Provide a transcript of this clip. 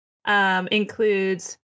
Includes